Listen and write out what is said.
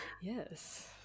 Yes